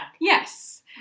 yes